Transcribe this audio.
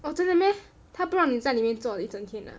!wah! 真的 meh 他不让你在里面坐了一整天 ah